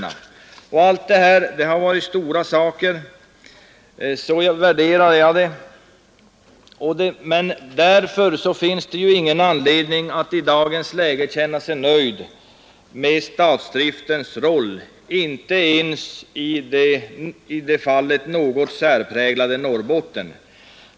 Allt som gjorts i detta sammanhang har varit stora saker — så värderar jag det — men det finns inte därför någon anledning att i dagens läge känna sig nöjd med statsdriftens roll, inte ens i det därvidlag något särpräglade Norrbotten.